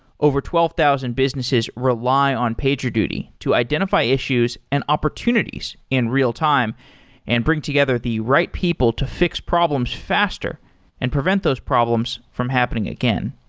over twelve thousand businesses rely on pagerduty to identify issues and opportunities in real time and bring together the right people to fix problems faster and prevent those problems from happening again.